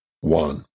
one